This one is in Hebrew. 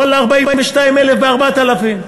ואללה 42,000 ב-4,000.